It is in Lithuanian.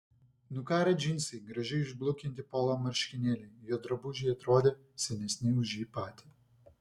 nukarę džinsai gražiai išblukinti polo marškinėliai jo drabužiai atrodė senesni už jį patį